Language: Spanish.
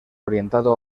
orientado